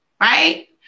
right